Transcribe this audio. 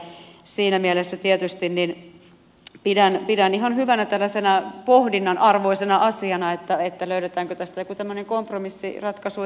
siinä mielessä tietysti pidän ihan hyvänä pohdinnan arvoisena asiana sitä että löydettäisiinkö tästä joku tämmöinen kompromissiratkaisu ehkä sitten